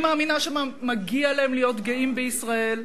אני מאמינה שמגיע להם להיות גאים בישראל.